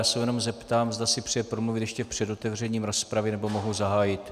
Já se jenom zeptám, zda si přeje promluvit ještě před otevřením rozpravy, nebo mohu zahájit?